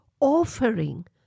offering